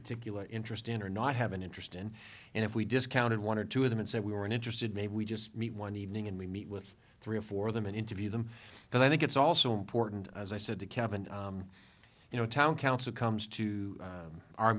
particular interest in or not have an interest in and if we discounted one or two of them and said we were interested maybe we just meet one evening and we meet with three or four of them and interview them and i think it's also important as i said the cabin you know town council comes to